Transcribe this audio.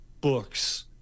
books